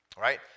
right